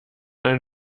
ein